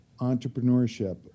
entrepreneurship